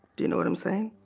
do you know what i'm saying?